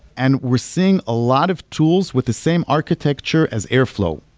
and we're seeing a lot of tools with the same architecture as airflow,